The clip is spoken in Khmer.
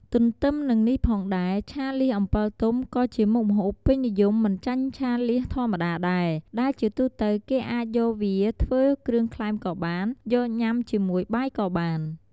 ទទ្ទឹមនឹងនេះផងដែរ ឆាលៀសអំពិលទុំក៏ជាមុខម្ហូបពេញនិយមមិនចាញ់ឆាលៀសធម្មតាដែរ ដែលជាទូទៅគេអាចយកវាធ្វើគ្រឿងក្លែមក៏បាន យកញ៉ាំជាមួយបាយក៏បាន។